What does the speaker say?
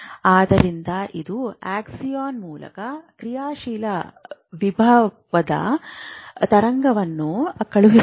ಆದ್ದರಿಂದ ಇದು ಆಕ್ಸಾನ್ ಮೂಲಕ ಕ್ರಿಯಾಶೀಲ ವಿಭವದ ತರಂಗವನ್ನು ಕಳುಹಿಸುತ್ತದೆ